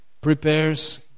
prepares